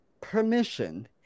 permission